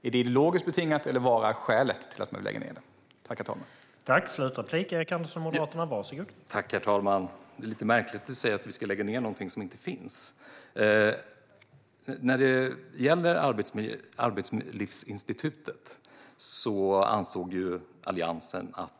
Är det ideologiskt betingat, eller vad är skälet till att man vill lägga ned det?